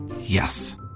Yes